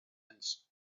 and